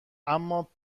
اما